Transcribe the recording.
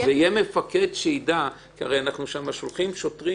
הרי אנחנו שולחים לשם שוטרים